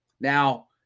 Now